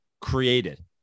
created